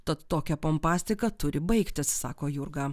tad tokia pompastika turi baigtis sako jurga